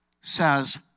says